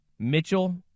Mitchell